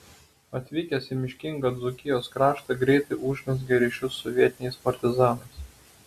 atvykęs į miškingą dzūkijos kraštą greitai užmezgė ryšius su vietiniais partizanais